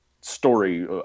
story